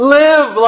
live